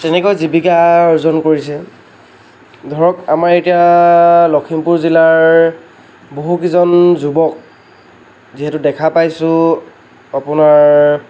তেনেকৈ জীৱিকা অৰ্জন কৰিছে ধৰক আমাৰ এতিয়া লখিমপুৰ জিলাৰ বহুকেইজন যুৱক যিহেতু দেখা পাইছো আপোনাৰ